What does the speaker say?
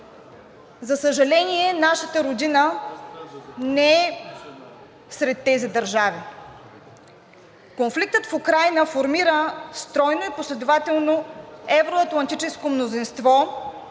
За съжаление, нашата родина не е сред тези държави. Конфликтът в Украйна формира стройно и последователно евро-атлантическо мнозинство